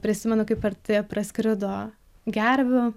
prisimenu kaip arti praskrido gervių